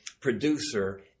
producer